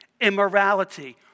Immorality